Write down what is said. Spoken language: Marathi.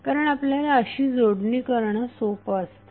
कारण आपल्याला अशी जोडणी करणे सोपे असते